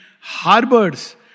harbors